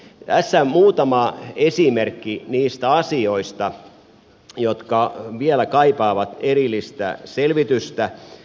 tässä muutama esimerkki niistä asioista jotka vielä kaipaavat erillistä selvitystä